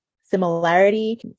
similarity